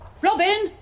Robin